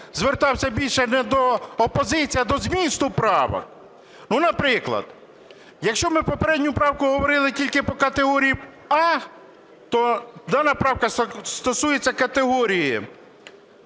звертався б більше не до опозиції, а до змісту правок. Ну, наприклад, якщо ми попередню правку говорили тільки по категорії "А", то дана правка стосується категорії